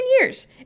years